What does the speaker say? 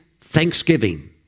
thanksgiving